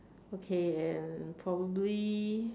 okay and probably